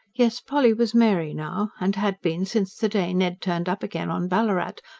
yes, polly was mary now, and had been, since the day ned turned up again on ballarat,